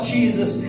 Jesus